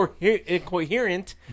incoherent